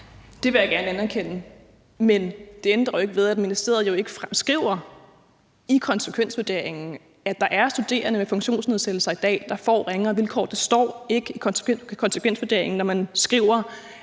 Det vil jeg gerne anerkende. Men det ændrer jo ikke ved, at ministeriet ikke skriver i konsekvensvurderingen, at der er studerende med funktionsnedsættelser, der får ringere vilkår. Det står ikke i konsekvensvurderingen, når man skriver,